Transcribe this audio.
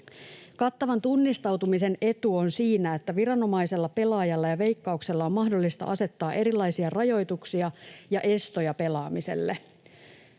Kattavan tunnistautumisen etu on siinä, että viranomaisella, pelaajalla ja Veikkauksella on mahdollista asettaa erilaisia rajoituksia ja estoja pelaamiselle.